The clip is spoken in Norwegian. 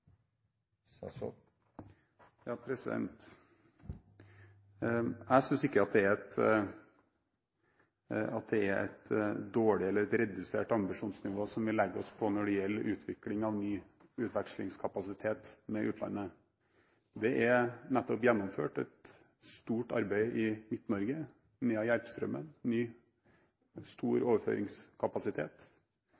et dårligere eller et redusert ambisjonsnivå som vi legger oss på når det gjelder utviklingen av ny utvekslingskapasitet med utlandet. Det er nettopp gjennomført et stort arbeid i Midt-Norge – Nea–Järpströmmen – ny, stor